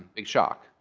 big shock.